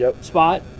spot